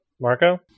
Marco